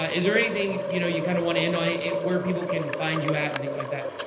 ah is there anything, you know, you kind of want to end on it? where people can find you at and things like that?